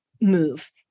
move